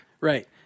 right